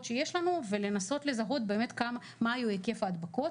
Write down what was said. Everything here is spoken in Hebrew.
שיש לנו ולנסות לזהות באמת מה היה היקף ההדבקות.